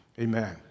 Amen